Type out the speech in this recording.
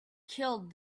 killed